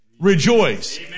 rejoice